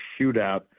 shootout